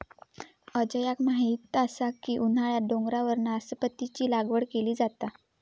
अजयाक माहीत असा की उन्हाळ्यात डोंगरावर नासपतीची लागवड केली जाता